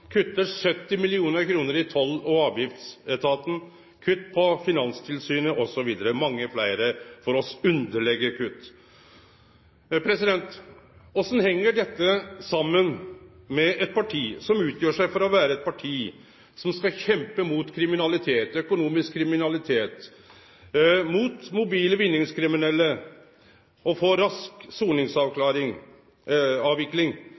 kutte 70 mill. kr til Toll- og avgiftsetaten, å kutte til Finanstilsynet osv. – for oss mange underlege kutt. Korleis heng dette saman med at Framstegspartiet utgjev seg for å vere eit parti som skal kjempe mot kriminalitet, mot økonomisk kriminalitet, mot mobile vinningskriminelle, og få rask